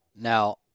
now